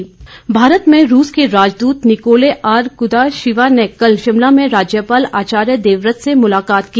मुलाकात भारत में रूस के राजदूत निकोले आर कुदाशिवा ने कल शिमला में राज्यपाल आचार्य देवव्रत से मुलाकात की